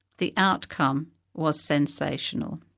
the outcome was sensational.